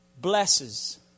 blesses